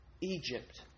Egypt